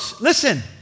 listen